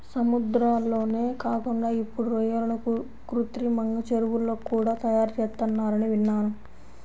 సముద్రాల్లోనే కాకుండా ఇప్పుడు రొయ్యలను కృత్రిమంగా చెరువుల్లో కూడా తయారుచేత్తన్నారని విన్నాను